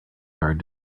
card